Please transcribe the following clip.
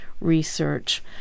research